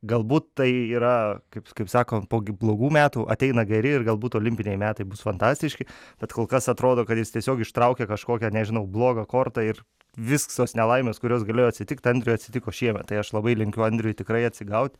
galbūt tai yra kaip kaip sako blogų metų ateina geri ir galbūt olimpiniai metai bus fantastiški bet kol kas atrodo kad jis tiesiog ištraukė kažkokią nežinau blogą kortą ir visos nelaimės kurios galėjo atsitikt andriui atsitiko šiemet tai aš labai linkiu andriui tikrai atsigaut